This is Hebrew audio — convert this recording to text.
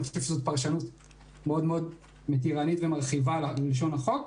אני חושב שזאת פרשנות מאוד מתירנית ומרחיבה ללשון החוק.